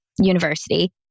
university